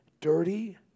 dirty